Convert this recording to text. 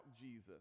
jesus